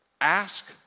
Ask